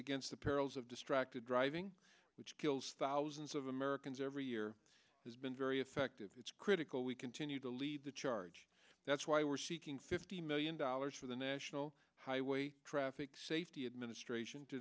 against the perils of distracted driving which kills thousands of americans every year has been very effective it's critical we continue to lead the charge that's why we're seeking fifty million dollars for the national highway traffic safety administration to